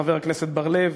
חבר הכנסת בר-לב,